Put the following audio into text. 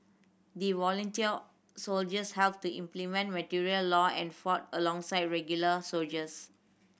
the volunteer soldiers helped to implement martial law and fought alongside regular soldiers